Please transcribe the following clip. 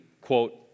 quote